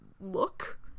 look